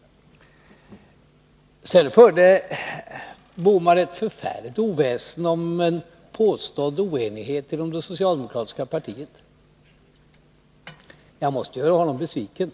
Sedan förde Gösta Bohman ett förfärligt oväsen om en påstådd oenighet inom det socialdemokratiska partiet. Jag måste göra honom besviken.